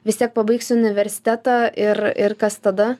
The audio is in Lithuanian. vis tiek pabaigsiu universitetą ir ir kas tada